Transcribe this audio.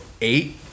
eight